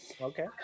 okay